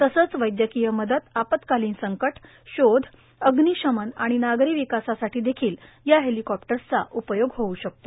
तसंच वैद्यकीय मदत आपत्कालिन संकट शोध अग्निशमन आणि नागरी विकासासाठी देखील या हेलिकॉप्टर्सचा उपयोग होऊ शकतो